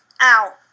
out